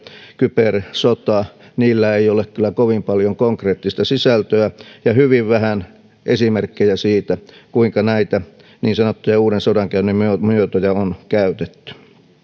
kybersota ei ole kyllä kovin paljon konkreettista sisältöä ja kun on hyvin vähän esimerkkejä siitä kuinka näitä niin sanottuja uuden sodankäynnin muotoja on käytetty